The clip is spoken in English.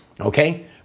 okay